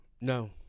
No